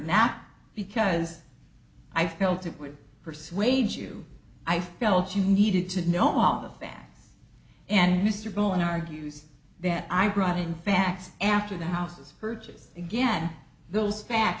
not because i felt it would persuade you i felt you needed to know all the facts and mr bowen argues that i brought in facts after the houses purchase again those fa